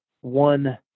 one